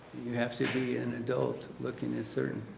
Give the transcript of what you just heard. you have to be an adult looking at a certain